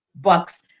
Bucks